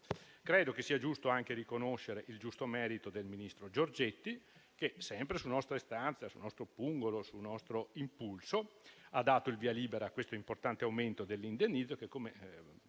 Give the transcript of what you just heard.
Credo che sia giusto anche riconoscere il giusto merito del ministro Giorgetti, che, sempre su nostra istanza, su nostro pungolo e su nostro impulso, ha dato il via libera a questo importante aumento dell'indennizzo, che, come